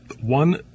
one